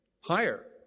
higher